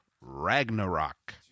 Ragnarok